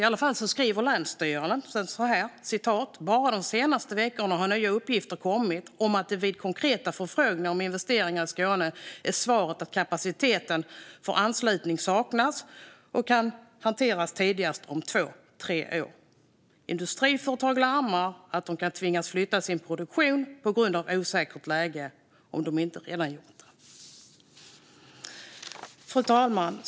I alla fall skriver länsstyrelsen så här: Bara de senaste veckorna har nya uppgifter kommit om att svaret vid konkreta förfrågningar om investeringar i Skåne är att kapaciteten för anslutning saknas och att det kan hanteras tidigast om två tre år. Industriföretag larmar om att de kan tvingas flytta sin produktion på grund av osäkert läge, om de inte redan gjort det. Fru talman!